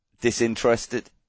Disinterested